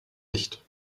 nicht